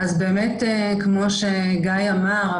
כמו שגיא אמר,